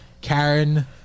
Karen